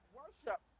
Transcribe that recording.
worship